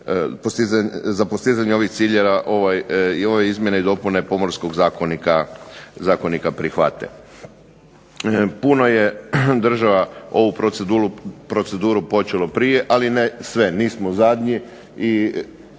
za postizanje ove izmjene i dopune Pomorskog zakonika prihvate. Puno je država ovu proceduru počelo prije, ali ne sve, nismo zadnji i